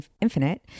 infinite